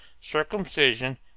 circumcision